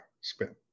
spin